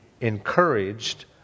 encouraged